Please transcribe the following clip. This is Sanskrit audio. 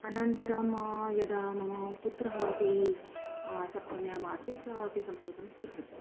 अनन्तरं यदा मम पुत्रः अपि सप्तम्यामासीत् सः अपि संस्कृतं स्वीकृतवान्